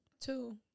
Two